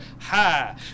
ha